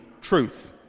truth